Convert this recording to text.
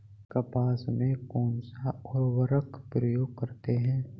कपास में कौनसा उर्वरक प्रयोग करते हैं?